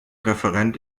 referent